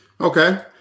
okay